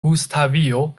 gustavio